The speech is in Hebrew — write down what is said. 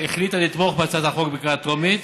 החליטו לתמוך בהצעת החוק בקריאה טרומית,